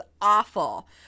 awful